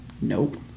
Nope